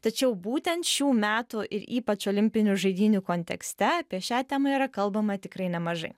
tačiau būtent šių metų ir ypač olimpinių žaidynių kontekste apie šią temą yra kalbama tikrai nemažai